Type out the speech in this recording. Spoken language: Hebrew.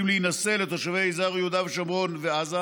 להינשא לתושבי יהודה ושומרון ועזה,